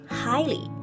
highly